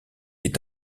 est